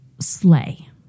Slay